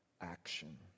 action